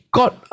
got